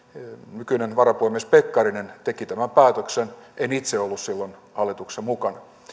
nykyinen varapuhemies pekkarinen teki tämän päätöksen en itse ollut silloin hallituksessa mukana